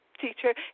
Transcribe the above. teacher